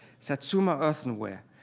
satsuma earthenware,